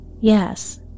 Yes